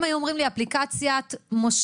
אם היו אומרים לי אפליקציית משה,